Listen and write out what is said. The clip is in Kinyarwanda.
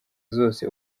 zose